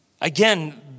Again